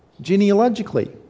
genealogically